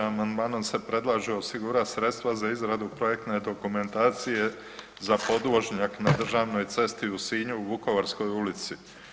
Amandmanom se predlaže osigurati sredstva za izradu projektne dokumentacije za podvožnjak na državnoj cesti u Sinju u Vukovarskoj ulici.